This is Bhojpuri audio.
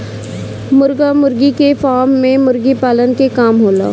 मुर्गा मुर्गी के फार्म में मुर्गी पालन के काम होला